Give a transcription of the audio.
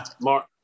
Mark